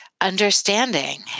understanding